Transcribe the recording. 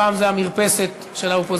הפעם זו המרפסת של האופוזיציה.